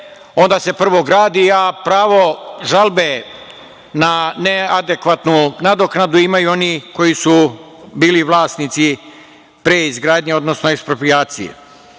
onda se prvo gradi, a pravo žalbe na neadekvatnu nadoknadu koji su bili vlasnici pre izgradnje, odnosno eksproprijacije